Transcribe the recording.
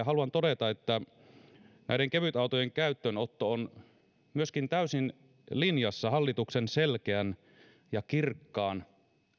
haluan todeta että kevytautojen käyttöönotto on myöskin täysin linjassa hallituksen selkeän ja kirkkaan